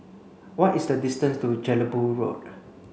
what is the distance to Jelebu Road